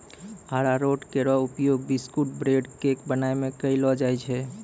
अरारोट केरो उपयोग biscuit, bread, cake बनाय म कयलो जाय छै